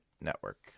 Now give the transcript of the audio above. Network